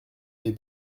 est